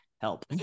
help